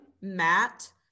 matt